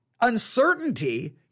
uncertainty